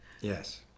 Yes